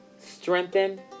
strengthen